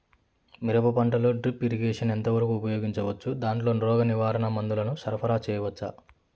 మిరప పంటలో drip irrigation ఎంత వరకు ఉపయోగించవచ్చు, దాంట్లో రోగ నివారణ మందుల ను సరఫరా చేయవచ్చా?